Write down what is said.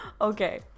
Okay